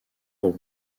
pour